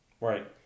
Right